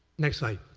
next slide.